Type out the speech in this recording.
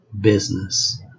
business